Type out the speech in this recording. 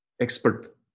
expert